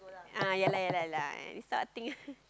ah ya lah ya lah ya lah this type of thing